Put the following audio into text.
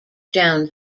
down